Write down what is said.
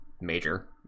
major